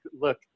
look